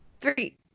Three